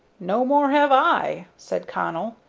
no more have i, said connell,